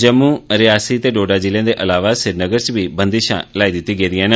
जम्मू रियासी ते डोडा जिलें दे अलावा श्रीनगर इच बी बंदशां लाईया गेदिया न